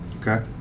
Okay